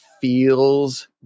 feels